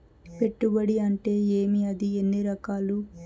పెట్టుబడి అంటే ఏమి అది ఎన్ని రకాలు